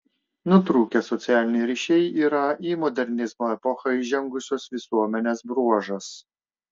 nutrūkę socialiniai ryšiai yra į modernizmo epochą įžengusios visuomenės bruožas